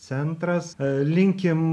centras linkim